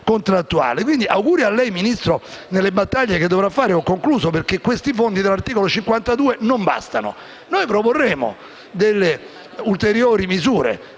Quindi auguri a lei, Ministro, per le battaglie che dovrà condurre, perché i fondi dell'articolo 52 non bastano. Noi proporremo delle ulteriori misure.